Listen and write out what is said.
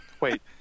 Wait